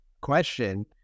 question